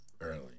early